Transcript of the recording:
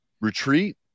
retreat